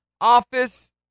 office